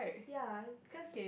ya cause